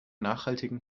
nachhaltigen